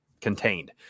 contained